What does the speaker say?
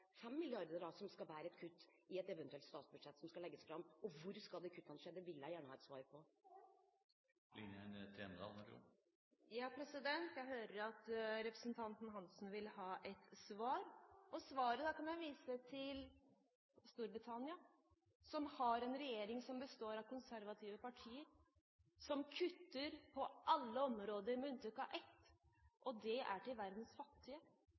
i et eventuelt statsbudsjett som skal legges fram – og hvor skal de kuttene skje? Det vil jeg gjerne ha et svar på. Jeg hører at representanten Hansen vil ha et svar, og i svaret kan jeg vise til Storbritannia, som har en regjering som består av konservative partier som kutter på alle områder med unntak av ett, og det er til verdens fattige.